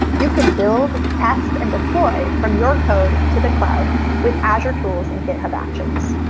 you can build, test, and deploy from your code to the cloud with azure tools and github actions.